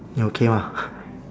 你 okay 吗